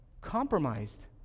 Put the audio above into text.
compromised